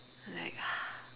like